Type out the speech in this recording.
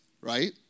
right